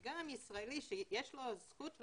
גם ישראלי שיש לו זכות להיתר,